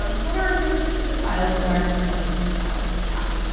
um what are in the restricted files that aren't in the public use files for path?